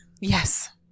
Yes